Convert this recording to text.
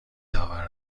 داور